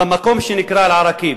במקום שנקרא אל-עראקיב.